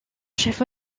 chef